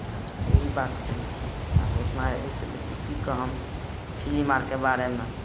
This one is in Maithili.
आ यही बात कहै छी आब एतना अइसे बेसी की कहम फिलिम आरके बारेमे